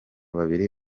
babiri